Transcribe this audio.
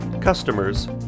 customers